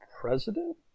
president